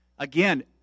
Again